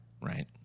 Right